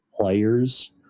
players